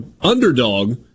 underdog